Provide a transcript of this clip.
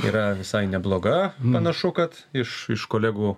yra visai nebloga panašu kad iš iš kolegų